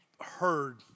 heard